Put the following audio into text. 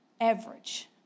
average